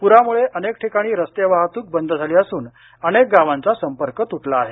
पुरामळे अनेक ठिकाणी रस्ते वाहतूक बंद झाली असून अनेक गावांचा संपर्क तुटला आहे